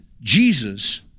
Jesus